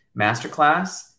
masterclass